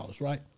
right